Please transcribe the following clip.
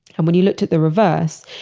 and when you looked at the reverse,